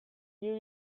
new